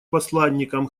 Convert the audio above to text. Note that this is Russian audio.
посланником